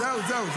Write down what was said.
זהו, זהו.